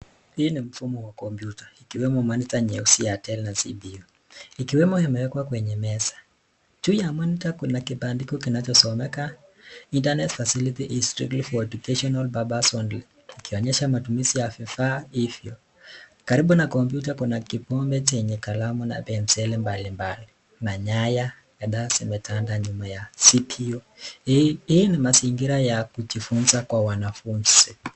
Hii ni mfumo wa kompyuta, ikiwemo monitor nyeusi ya tena CPU . Ikiwemo imewekwa kwenye meza. Juu ya monitor kuna kibandiko kinachosomeka internet facility is strictly for educational purpose only ikionyesha matumizi ya vifaa hivyo. Karibu na kompyuta kuna kikombe chenye kalamu na penseli mbalimbali na nyaya zimetandaa nyuma ya seat hiyo. Hii ni mazingira ya kujifunza kwa wanafunzi.